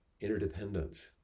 interdependence